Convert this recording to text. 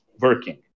working